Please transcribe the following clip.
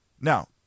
Now